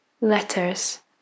letters